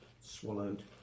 swallowed